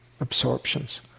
absorptions